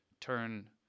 turn